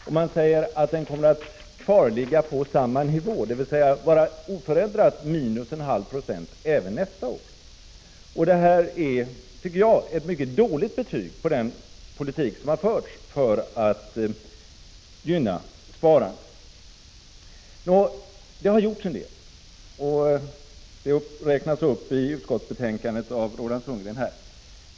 Och man säger att det kommer att kvarligga på samma nivå, dvs. vara oförändrat minus 1/2 96 även nästa år. Detta är, tycker jag, ett mycket dåligt betyg på den politik som har förts för att gynna sparandet. Det har gjorts en del, och Roland Sundgren räknade här upp det enligt utskottsbetänkandet.